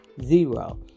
zero